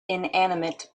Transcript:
inanimate